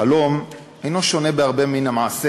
החלום אינו שונה בהרבה מן המעשה,